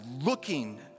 looking